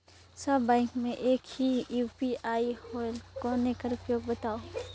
सब bank मे एक ही यू.पी.आई होएल कौन एकर उपयोग बताव?